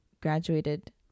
graduated